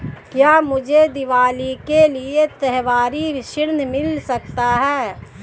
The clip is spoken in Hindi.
क्या मुझे दीवाली के लिए त्यौहारी ऋण मिल सकता है?